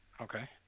Okay